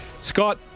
Scott